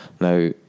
now